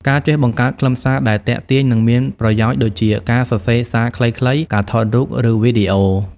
ការចេះបង្កើតខ្លឹមសារដែលទាក់ទាញ និងមានប្រយោជន៍ដូចជា ការសរសេរសារខ្លីៗ ការថតរូប ឬវីដេអូ។